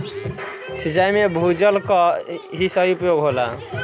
सिंचाई में भूजल क ही उपयोग होला